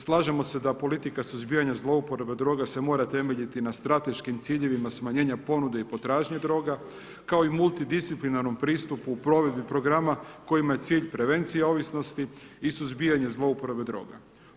Slažemo se da politika suzbijanja zlouporabe droga se mora temeljiti na strateškim ciljevima, smanjenja ponude i potražnje droga, kao i multidisciplinarnom pristupu provedbe i programa kojima je cilj prevencija ovisnosti i suzbijanja zlouporabe droga.